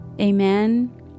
Amen